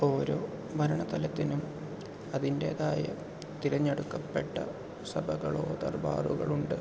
ഓരോ ഭരണ തലത്തിനും അതിൻറ്റേതായ തിരഞ്ഞെടുക്കപ്പെട്ട സഭകളോ ദർബാറുകളുണ്ട്